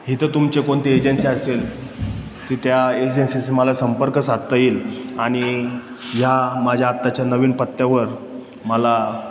इथं तुमचे कोणती एजन्सी असेल ती त्या एजन्सीचं मला संपर्क साधता येईल आणि ह्या माझ्या आत्ताच्या नवीन पत्त्यावर मला